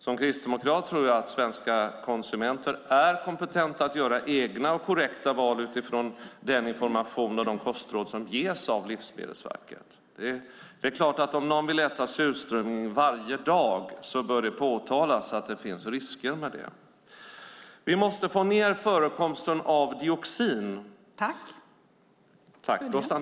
Som kristdemokrat tror jag att svenska konsumenter är kompetenta att göra egna och korrekta val utifrån den information och de kostråd som ges av Livsmedelsverket. Om någon vill äta surströmming varje dag bör det självfallet påtalas att det finns risker med det. Vi måste få ned förekomsten av dioxin.